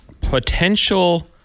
Potential